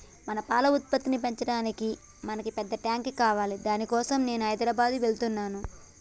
మన పాల ఉత్పత్తిని పెంచటానికి మనకి పెద్ద టాంక్ కావాలి దాని కోసం నేను హైదరాబాద్ వెళ్తున్నాను